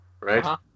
right